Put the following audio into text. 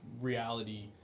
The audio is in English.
reality